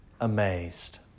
amazed